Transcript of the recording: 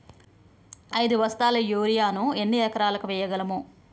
ఐదు బస్తాల యూరియా ను ఎన్ని ఎకరాలకు వేయగలము?